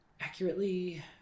Accurately